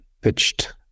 pitched